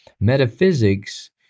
Metaphysics